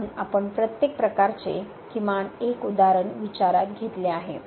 म्हणून आपण प्रत्येक प्रकारचे किमान 1 उदाहरण विचारात घेतले आहे